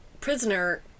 prisoner